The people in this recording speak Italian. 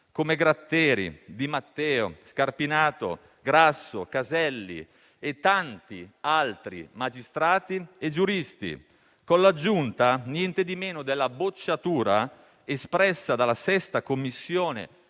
come Gratteri, Di Matteo, Scarpinato, Grasso, Caselli e tanti altri, magistrati e giuristi, con l'aggiunta - niente di meno - della bocciatura espressa dalla VI commissione